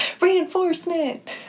Reinforcement